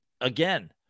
again